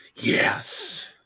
Yes